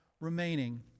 remaining